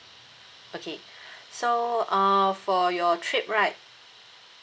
okay so uh for your trip right